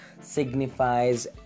signifies